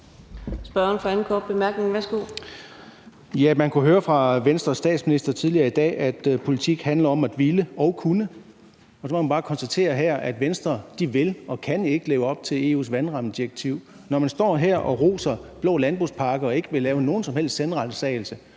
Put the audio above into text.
Man kunne høre fra Venstres statsminister tidligere i dag, at politik handler om at ville og kunne. Så må jeg bare konstaterer her: Venstre vil og kan ikke leve op til EU's vandrammedirektiv, når man står her og roser den blå landbrugspakke og ikke vil lave nogen som helst selvransagelse.